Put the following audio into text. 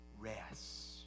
rest